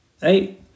Hey